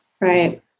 Right